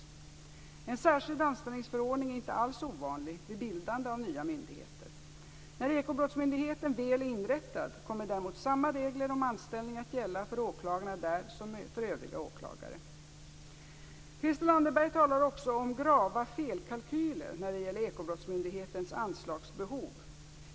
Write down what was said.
En särskild anställningsförordning är inte alls ovanlig vid bildande av nya myndigheter. När Ekobrottsmyndigheten väl är inrättad kommer däremot samma regler om anställning att gälla för åklagarna där som för övriga åklagare. Christel Anderberg talar också om grava felkalkyler när det gäller Ekobrottsmyndighetens anslagsbehov.